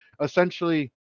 essentially